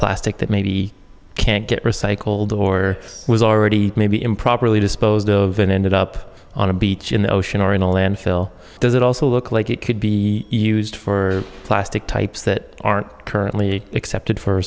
plastic that maybe can't get recycled or was already maybe improperly disposed of and ended up on a beach in the ocean or in a landfill does it also look like it could be used for plastic types that aren't currently accepted for